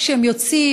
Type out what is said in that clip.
כשהם יוצאים,